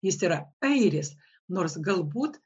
jis yra airis nors galbūt